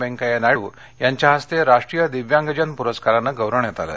व्यंकय्या नायड्र यांच्या हस्ते राष्ट्रीय दिव्यांगजन प्रस्कारानं गौरवण्यात आलं